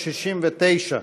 369,